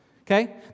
Okay